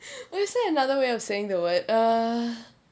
well is there another way of saying the word err